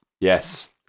Yes